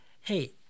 hey